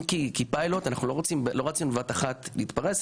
כפיילוט אנחנו לא רצינו בבת אחת להתפרס,